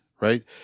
right